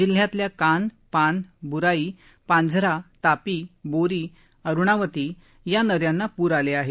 जिल्ह्यातल्या कान पान बुराई पांझरा तापी बोरी अरुणावती या नद्यांना पूर आले आहेत